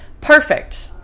perfect